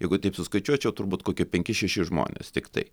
jeigu taip suskaičiuočiau turbūt kokie penki šeši žmonės tiktai